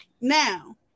now